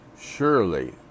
Surely